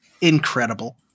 Incredible